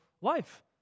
life